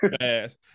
fast